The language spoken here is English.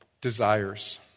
desires